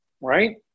Right